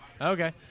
okay